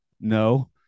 no